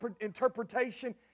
interpretation